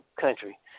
country